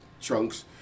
trunks